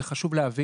וזה חשוב להבין,